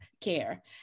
care